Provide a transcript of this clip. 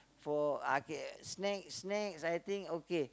for uh K snack snack I think okay